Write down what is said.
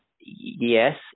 yes